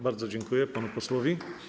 Bardzo dziękuję panu posłowi.